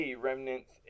Remnants